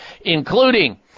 including